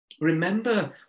remember